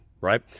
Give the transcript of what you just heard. right